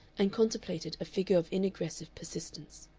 and contemplated a figure of inaggressive persistence.